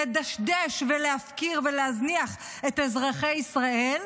לדשדש ולהפקיר ולהזניח את אזרחי ישראל,